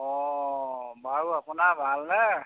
অঁ বাৰু আপোনাৰ ভালনে